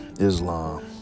Islam